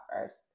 first